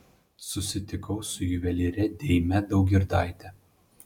susitikau su juvelyre deime daugirdaite